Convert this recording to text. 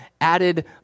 added